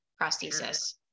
prosthesis